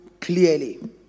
clearly